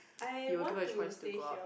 you were given a choice to go out